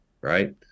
Right